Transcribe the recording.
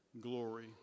glory